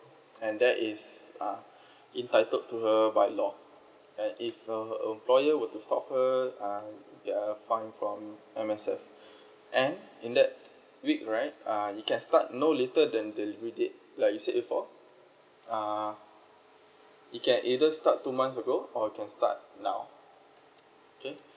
and that is uh entitled to her by law and if err an employer were to stop her um uh fine from M_S_F and in that week right uh you can start no later than the delivery date like you said before uh you can either start two months ago or can start now okay